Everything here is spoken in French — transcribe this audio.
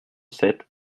sept